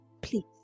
Please